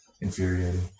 infuriating